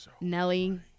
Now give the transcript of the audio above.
nelly